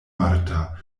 marta